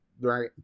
right